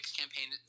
campaign –